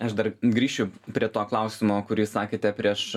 aš dar grįšiu prie to klausimo kurį sakėte prieš